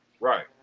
Right